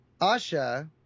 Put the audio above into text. Asha